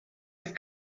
have